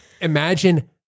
Imagine